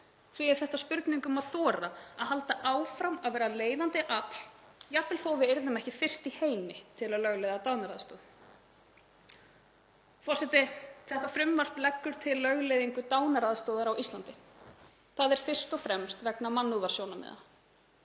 er þetta spurning um að þora að halda áfram að vera leiðandi afl, jafnvel þótt við yrðum ekki fyrst í heimi til að lögleiða dánaraðstoð. Forseti. Þetta frumvarp leggur til lögleiðingu dánaraðstoðar á Íslandi. Það er fyrst og fremst vegna mannúðarsjónarmiða.